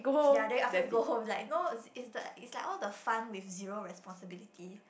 ya then after you go home like no it's it's like it's like all the fun with zero responsibility